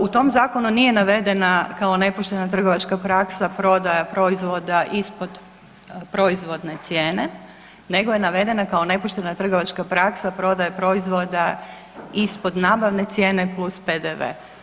U tom zakonu nije navedena kao nepoštena trgovačka praksa prodaja proizvoda ispod proizvodne cijene nego je navedena kao nepoštena trgovačka praksa prodaja proizvoda ispod nabavne cijene plus PDV.